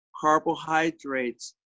carbohydrates